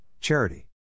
charity